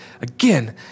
Again